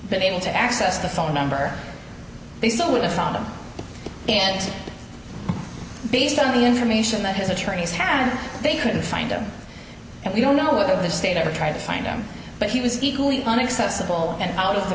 been able to access the phone number they still would have found him and based on the information that his attorneys have they couldn't find him and we don't know whether the state ever tried to find him but he was equally unaccessible and out of the